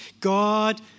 God